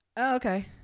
Okay